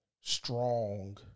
strong